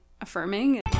affirming